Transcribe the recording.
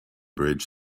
bridge